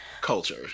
Culture